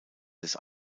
des